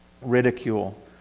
ridicule